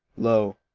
lo!